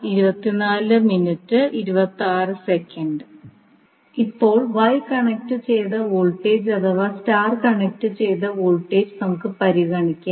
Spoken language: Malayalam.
ഇപ്പോൾ Y കണക്റ്റു ചെയ്ത വോൾട്ടേജ് അഥവാ സ്റ്റാർ കണക്റ്റു ചെയ്ത വോൾട്ടേജ് നമുക്ക് പരിഗണിക്കാം